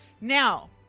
Now